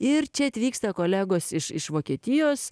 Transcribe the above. ir čia atvyksta kolegos iš iš vokietijos